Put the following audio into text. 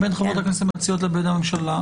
בין חברות הכנסת המציעות לבין הממשלה.